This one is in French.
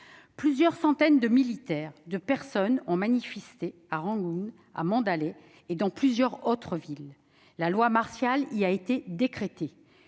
Plusieurs centaines de milliers de personnes ont manifesté à Rangoon, à Mandalay et dans plusieurs autres villes. La loi martiale y a été décrétée.